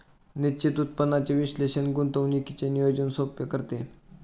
निश्चित उत्पन्नाचे विश्लेषण गुंतवणुकीचे नियोजन सोपे करते